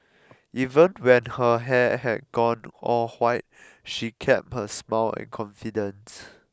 even when her hair had gone all white she kept her smile and confidence